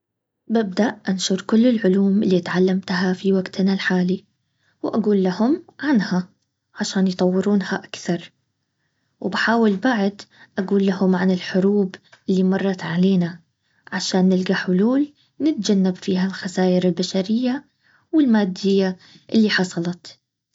ببدأ انشر كل العلوم اللي اتعلمتها في وقتنا الحالي واقول لهم عنها عشان يطورونها اكثر وبحاول بعد اقول لهم عن الحروب اللي مرت علينا عشان نلقى حلول نتجنب فيها الخساير البشرية والمادية اللي حصلت